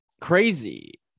crazy